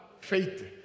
Faith